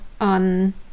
on